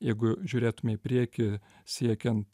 jeigu žiūrėtume į priekį siekiant